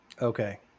Okay